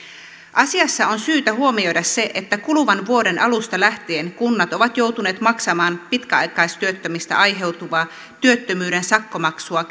asiassa on syytä huomioida se että kuluvan vuoden alusta lähtien kunnat ovat joutuneet maksamaan pitkäaikaistyöttömistä aiheutuvaa työttömyyden sakkomaksua